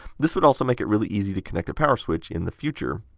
this would also make it really easy to connect a power switch in the future.